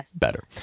better